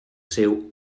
seu